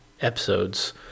episodes